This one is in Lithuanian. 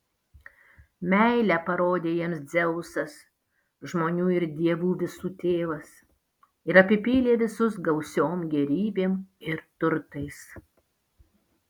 meilę parodė jiems dzeusas žmonių ir dievų visų tėvas ir apipylė visus gausiom gėrybėm ir turtais